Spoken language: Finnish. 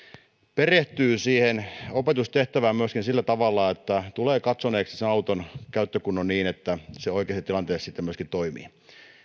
perehtyy siihen opetustehtävään myöskin sillä tavalla että tulee katsoneeksi sen auton käyttökunnon niin että se oikeissa tilanteissa sitten myöskin